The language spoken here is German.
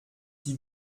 die